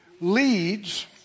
leads